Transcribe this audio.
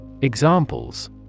Examples